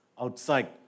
outside